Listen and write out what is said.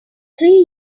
three